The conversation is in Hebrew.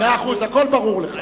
מאה אחוז, הכול ברור לך.